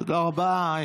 תודה רבה.